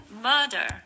murder